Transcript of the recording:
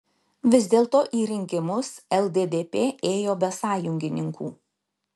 vis dėlto į rinkimus lddp ėjo be sąjungininkų